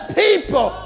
people